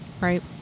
Right